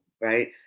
right